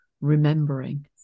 remembering